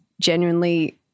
genuinely